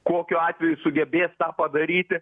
kokiu atveju sugebės tą padaryti